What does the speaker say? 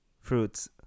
Fruits